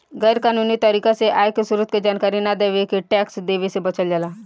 गैर कानूनी तरीका से आय के स्रोत के जानकारी न देके टैक्स देवे से बचल जाला